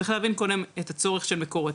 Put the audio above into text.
צריך להבין קודם את הצורך של מקורות.